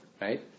right